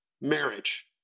marriage